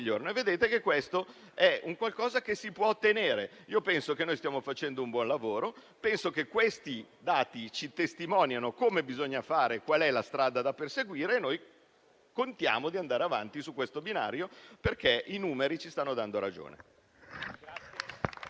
migliorano. Questo è un obiettivo che si può ottenere. Penso che stiamo facendo un buon lavoro e che questi dati ci testimoniano come bisogna fare e qual è la strada da perseguire. Noi contiamo di andare avanti su questo binario, perché i numeri ci stanno dando ragione.